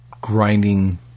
grinding